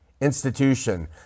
institution